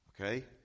Okay